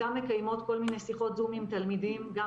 גם מקיימות כל מיני שיחות זום עם תלמידים גם